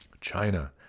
China